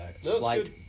slight